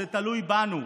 זה תלוי בנו.